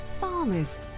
Farmers